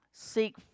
seek